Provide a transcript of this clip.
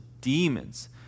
demons